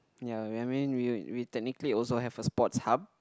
ya I mean we we technically also have a Sports Hub